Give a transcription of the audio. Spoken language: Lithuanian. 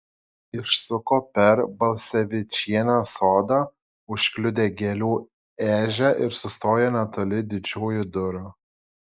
išsuko per balsevičienės sodą užkliudė gėlių ežią ir sustojo netoli didžiųjų durų